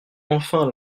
enfin